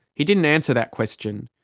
he didn't answer that question.